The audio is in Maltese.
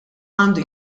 għandu